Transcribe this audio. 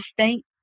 state